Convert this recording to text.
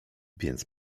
więc